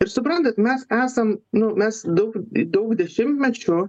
ir suprantat mes esam nu mes daug daug dešimtmečių